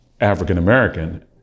african-american